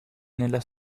nella